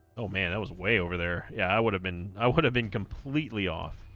oh man that was way over there yeah i would have been i would have been completely off